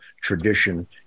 tradition